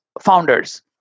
founders